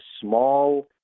small